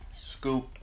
Scoop